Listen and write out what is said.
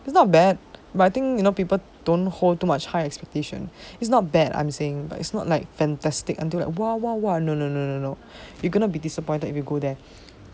it's not bad but I think you know people don't hold too much high expectation is not bad I'm saying but it's not like fantastic until like !wah! !wah! !wah! no no no no no you're gonna be disappointed if you go there